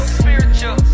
spiritual